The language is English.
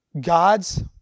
God's